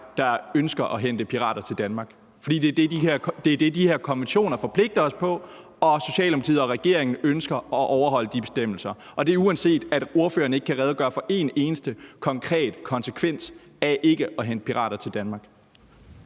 der ønsker at hente pirater til Danmark, for det er det, de her konventioner forpligter os på, og Socialdemokratiet og regeringen ønsker at overholde de bestemmelser. Sådan er det, uanset at ordføreren ikke kan redegøre for en eneste konkret konsekvens af ikke at hente pirater til Danmark.